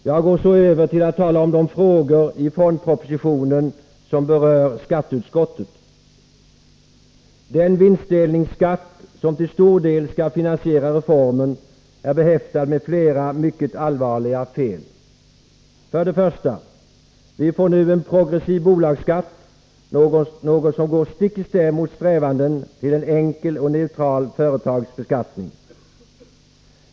Jag övergår nu till att tala om de frågor i fondpropositionen som berör skatteutskottet. Den vinstdelningsskatt som till stor del skall finansiera reformen är behäftat med flera mycket allvarliga fel. För det första: Vi får nu en progressiv bolagsskatt, något som går stick i stäv mot strävandena till en enkel och neutral företagsbeskattning.